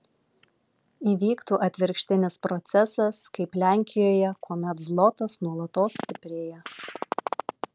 įvyktų atvirkštinis procesas kaip lenkijoje kuomet zlotas nuolatos stiprėja